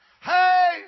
Hey